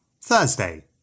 Thursday